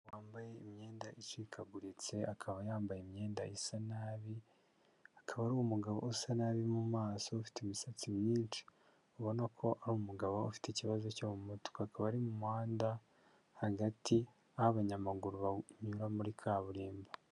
Umugore wambaye imyenda icikaguritse akaba yambaye imyenda isa nabi, akaba ari umugabo usa nabi mu maso ufite imisatsi myinshi ubona ko ari umugabo ufite ikibazo cyo mu mutwe akaba ari mu muhanda hagati aho abanyamaguru banyura muri kaburimbo.